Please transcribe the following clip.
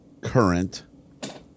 current